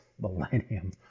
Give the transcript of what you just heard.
Millennium